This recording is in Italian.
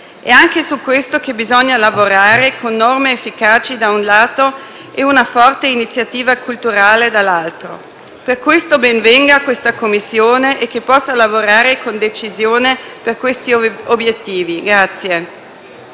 È anche su questo che bisogna lavorare con norme efficaci, da un lato, e una forte iniziativa culturale, dall'altro. Per questo ben venga questa Commissione e che possa lavorare con decisione per questi obiettivi.